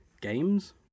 games